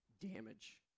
damage